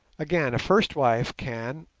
again, a first wife can,